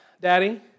Daddy